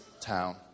town